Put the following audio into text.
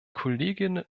kollegin